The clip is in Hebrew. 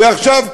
ועכשיו,